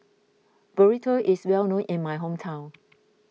Burrito is well known in my hometown